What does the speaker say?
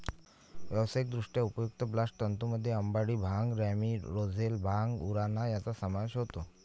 व्यावसायिकदृष्ट्या उपयुक्त बास्ट तंतूंमध्ये अंबाडी, भांग, रॅमी, रोझेल, भांग, उराणा यांचा समावेश होतो